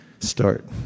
start